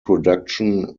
production